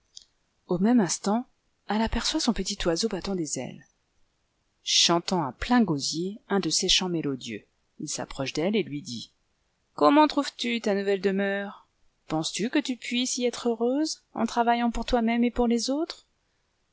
au même instant elle aperçoit son petit oiseau battant des ailes chantant à plein gosier un de ses chants mélodieux il s'approche d'elle et lui dit comment trouves-tu ta nouvelle demeure pensestu que tu puisses y être heureuse en travaillant pour toi-même et pour les autres